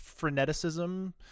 freneticism